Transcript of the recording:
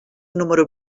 número